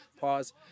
Pause